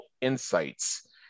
insights